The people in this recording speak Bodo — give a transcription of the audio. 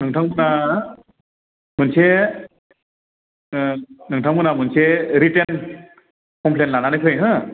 नोंथांमोनहा मोनसे नोंथांमोनहा मोनसे रिटेन कमप्लेन लानानै फै हो